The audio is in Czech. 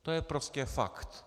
To je prostě fakt.